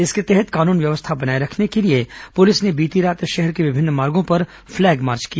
इसके तहत कानून व्यवस्था बनाए रखने के लिए पुलिस ने बीती रात शहर के विभिन्न मार्गो पर पलैग मार्च किया